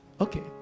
okay